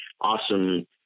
awesome